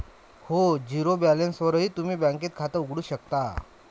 हो, झिरो बॅलन्सवरही तुम्ही बँकेत खातं उघडू शकता